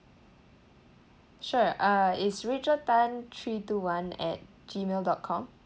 sure uh it's rachel tan three two one at gmail dot com